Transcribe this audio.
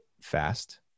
fast